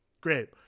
great